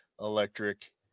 electric